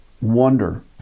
wonder